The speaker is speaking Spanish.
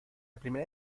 primera